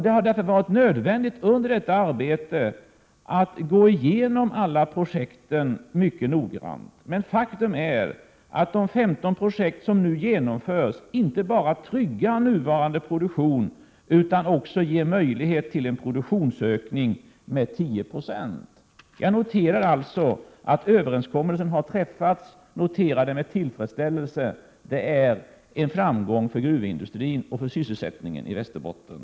Det har därför varit nödvändigt att under detta arbete gå igenom alla projekten mycket noggrant. Faktum är att de 15 projekt som nu genomförs inte bara tryggar nuvarande produktion utan också ger möjlighet till en produktionsökning med 10 96. Jag noterar alltså att överenskommelsen har träffats — och jag noterar detta med tillfredsställelse. Det är en framgång för gruvindustrin och för sysselsättningen i Västerbotten.